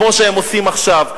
כמו שהם עושים עכשיו.